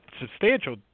substantial